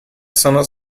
sono